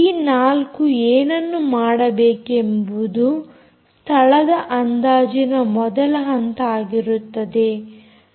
ಈ 4 ಏನನ್ನು ಮಾಡಬೇಕೆಂಬುದು ಸ್ಥಳದ ಅಂದಾಜಿನ ಮೊದಲ ಹಂತ ಆಗಿರುತ್ತದೆ